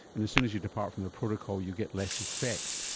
and as soon as you depart from the protocol you get less effect.